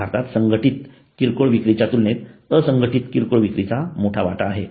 भारतात संघटित किरकोळ विक्रीच्या तुलनेत असंघटित किरकोळ विक्रीचा मोठा वाटा आहे